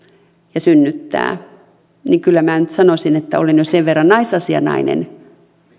ja synnyttää niin kyllä minä nyt sanoisin että olen jo sen verran naisasianainen